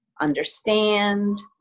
understand